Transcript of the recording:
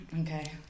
Okay